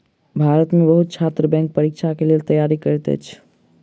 भारत में बहुत छात्र बैंक परीक्षा के लेल तैयारी करैत अछि